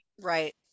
Right